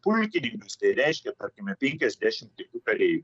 pulkininkas tai reiškia tarkime penkiasdešim kitų kareivių